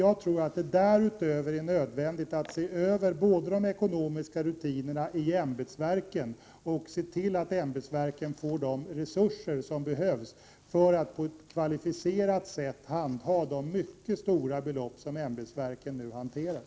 Jag tror dock att det därutöver är nödvändigt att både se över de ekonomiska rutinerna i ämbetsverken och se till att ämbetsverken får de resurser som behövs för att på ett kvalificerat sätt handha de mycket stora belopp som ämbetsverken nu hanterar.